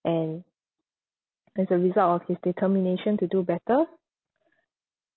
and as a result of his determination to do better